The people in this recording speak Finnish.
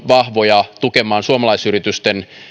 vahvoja tukemaan suomalaisyritysten